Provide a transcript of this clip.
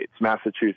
Massachusetts